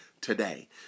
today